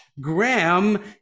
graham